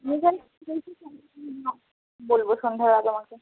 বলবো সন্ধেবেলা তোমাকে